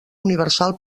universal